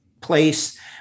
place